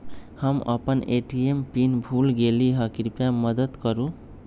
हम अपन ATM pin भूल गेली ह, कृपया मदत करू